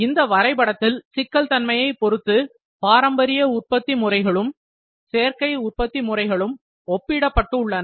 இந்த வரைபடத்தில் சிக்கல் தன்மையைப் பொறுத்து பாரம்பரிய உற்பத்தி முறைகளும் சேர்க்கை உற்பத்தி முறைகளும் ஒப்பிடப்பட்டு உள்ளன